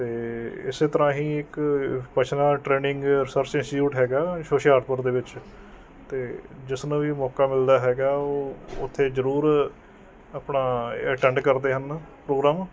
ਅਤੇ ਇਸੇ ਤਰ੍ਹਾਂ ਹੀ ਇੱਕ ਪਸ਼ਨਾ ਟਰੇਨਿੰਗ ਰਿਸਰਚ ਇੰਸਟੀਚਿਊਟ ਹੈਗਾ ਹੁਸ਼ਿਆਰਪੁਰ ਦੇ ਵਿੱਚ ਅਤੇ ਜਿਸ ਨੂੰ ਵੀ ਮੌਕਾ ਮਿਲਦਾ ਹੈਗਾ ਉਹ ਉੱਥੇ ਜ਼ਰੂਰ ਆਪਣਾ ਅਟੈਂਡ ਕਰਦੇ ਹਨ ਪ੍ਰੋਗਰਾਮ